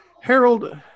Harold